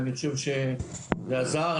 ואני חושב שזה עזר.